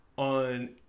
on